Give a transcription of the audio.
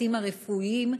הצוותים הרפואיים,